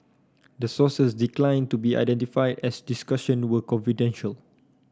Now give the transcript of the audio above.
the sources declined to be identified as the discussion were confidential